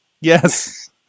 yes